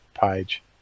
page